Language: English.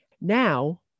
Now